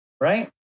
Right